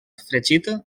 fregit